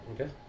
Okay